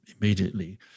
immediately